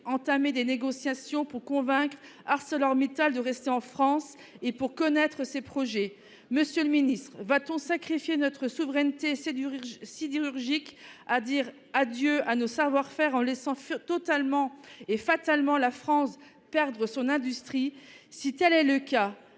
entamer des négociations pour convaincre ArcelorMittal de rester en France et pour connaître ses projets. Monsieur le ministre, va-t-on sacrifier notre souveraineté si chirurgique à dire adieu à nos savoir-faire en laissant totalement et fatalement la France perdre son industrie si tel est le cas